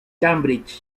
cambridge